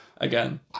again